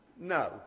no